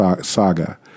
saga